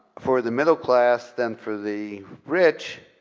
for the middle class than for the rich.